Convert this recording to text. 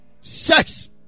sex